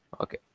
Okay